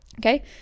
okay